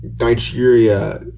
Nigeria